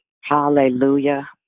Hallelujah